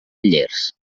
llers